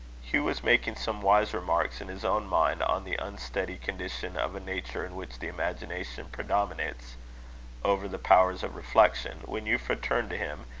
hugh was making some wise remarks in his own mind on the unsteady condition of a nature in which the imagination predominates over the powers of reflection, when euphra turned to him,